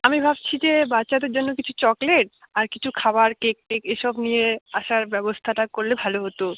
আমি ভাবছি যে বাচ্চাদের জন্য কিছু চকলেট আর কিছু খাবার কেক টেক এসব নিয়ে আসার ব্যবস্থাটা করলে ভালো হতো